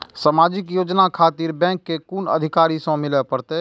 समाजिक योजना खातिर बैंक के कुन अधिकारी स मिले परतें?